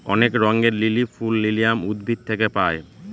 অনেক রঙের লিলি ফুল লিলিয়াম উদ্ভিদ থেকে পায়